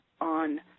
on